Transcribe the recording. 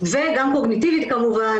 וגם קוגניטיבית כמובן.